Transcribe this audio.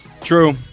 True